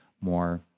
more